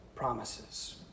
Promises